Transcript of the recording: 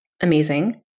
amazing